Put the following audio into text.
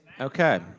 Okay